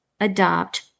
adopt